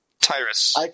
Tyrus